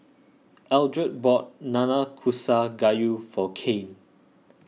Eldred bought Nanakusa Gayu for Cain